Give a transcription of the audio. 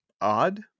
odd